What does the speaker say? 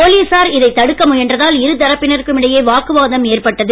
போலீசார் இதை தடுக்க முயன்றதால் இருதரப்பினருக்கும் இடையே வாக்குவாதம் ஏற்பட்டது